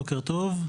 בוקר טוב,